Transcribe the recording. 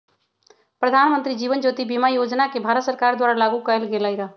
प्रधानमंत्री जीवन ज्योति बीमा योजना के भारत सरकार द्वारा लागू कएल गेलई र